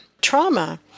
trauma